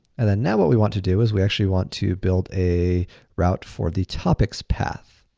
and then, now what we want to do is we actually want to build a route for the topics path.